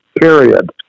period